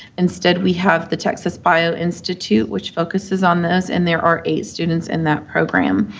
instead, we have the texas bio institute, which focuses on those, and there are eight students in that program.